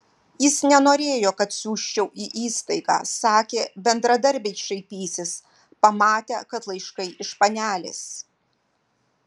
jis nenorėjo kad siųsčiau į įstaigą sakė bendradarbiai šaipysis pamatę kad laiškai iš panelės